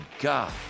God